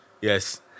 Yes